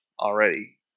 already